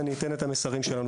מה שחשוב לי להביא כמסר שלנו,